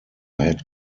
had